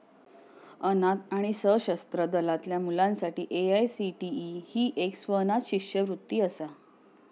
अनाथ आणि सशस्त्र दलातल्या मुलांसाठी ए.आय.सी.टी.ई ही एक स्वनाथ शिष्यवृत्ती असा